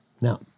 Now